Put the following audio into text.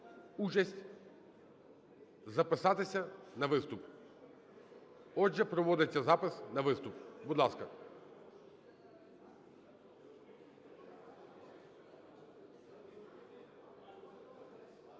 участь, записатися на виступ. Отже, проводиться запис на виступ, будь ласка.